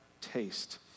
taste